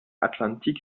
atlantik